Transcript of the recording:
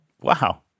Wow